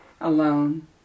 alone